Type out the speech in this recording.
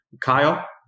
Kyle